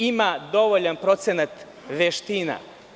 Ima dovoljan procenat veština.